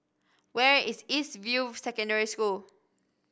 where is East View Secondary School